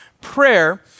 Prayer